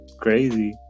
crazy